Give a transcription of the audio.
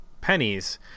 pennies